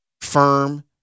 firm